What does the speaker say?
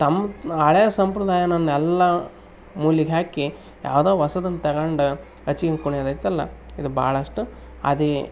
ತಮ್ಮ ಹಳೇ ಸಂಪ್ರದಾಯನ ಎಲ್ಲ ಮೂಲಿಗ್ ಹಾಕಿ ಯಾವುದೋ ಹೊಸ್ದನ್ ತಗೊಂಡ್ ಹಚಿಗ್ಯನ್ ಕುಣಿಯದು ಐತಲ್ಲ ಇದು ಭಾಳಷ್ಟು ಅದು